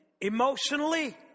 emotionally